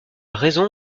raison